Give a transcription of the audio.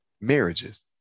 marriages